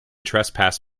trespass